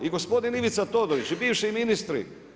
I gospodin Ivica Todorić i bivši ministri.